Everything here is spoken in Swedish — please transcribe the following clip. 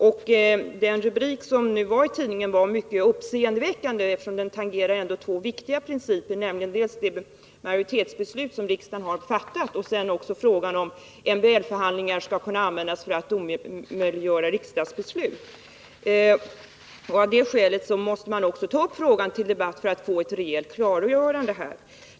Och den rubrik som stod i tidningen var mycket uppseendeväckande, eftersom den ändå tangerade två viktiga principer. Det gällde dels det majoritetsbeslut som riksdagen har fattat, dels frågan om MBL-förhandlingar skall kunna användas för att omöjliggöra riksdagsbeslut. Därför måste man också ta upp detta till debatt för att här få ett rejält klargörande.